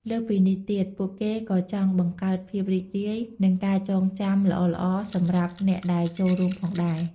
លើសពីនេះទៀត ពួកគេក៏ចង់បង្កើតភាពរីករាយ និងការចងចាំល្អៗសម្រាប់អ្នកដែលចូលរួមផងដែរ។